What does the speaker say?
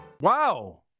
Wow